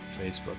Facebook